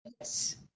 Yes